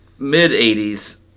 mid-'80s